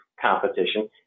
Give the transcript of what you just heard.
competition